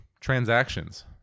transactions